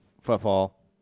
football